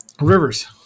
Rivers